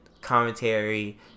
commentary